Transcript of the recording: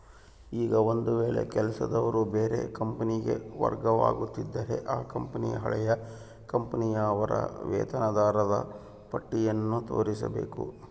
ಈಗ ಒಂದು ವೇಳೆ ಕೆಲಸದವರು ಬೇರೆ ಕಂಪನಿಗೆ ವರ್ಗವಾಗುತ್ತಿದ್ದರೆ ಆ ಕಂಪನಿಗೆ ಹಳೆಯ ಕಂಪನಿಯ ಅವರ ವೇತನದಾರರ ಪಟ್ಟಿಯನ್ನು ತೋರಿಸಬೇಕು